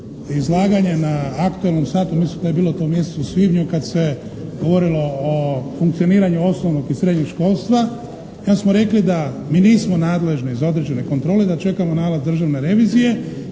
izlaganje na aktualnom satu, mislim da je to bilo u mjesecu svibnju kad se govorilo o funkcioniranju osnovnog i srednjeg školstva, tad smo rekli da mi nismo nadležni za određene kontrole, da čekamo nalaz državne revizije